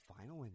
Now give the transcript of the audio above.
final